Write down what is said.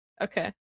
Okay